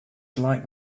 like